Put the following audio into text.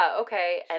okay